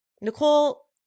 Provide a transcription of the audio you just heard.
Nicole